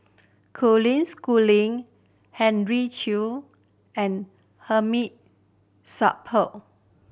Colin Schooling Henry Chia and Hamid Supaat